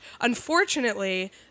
Unfortunately